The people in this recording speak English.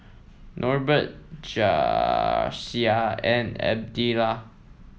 Norbert Jasiah and Adella